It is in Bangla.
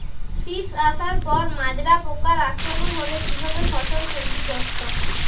শীষ আসার পর মাজরা পোকার আক্রমণ হলে কী ভাবে ফসল ক্ষতিগ্রস্ত?